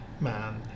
man